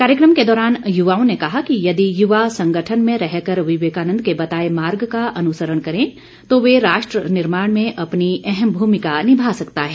कार्यक्रम के दौरान युवाओं ने कहा कि यदि युवा संगठन में रहकर विवेकानन्द के बताए मार्ग का अनुसरण करें तो वे राष्ट्र निर्माण में अपनी अहम भूमिका निभा सकता है